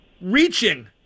reaching